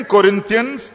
Corinthians